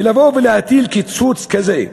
ולבוא ולהטיל קיצוץ כזה,